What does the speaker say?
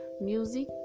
music